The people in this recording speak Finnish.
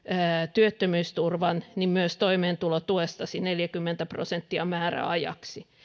työttömyysturvan myös toimeentulotuestasi neljäkymmentä prosenttia määräajaksi